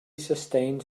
sustained